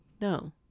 no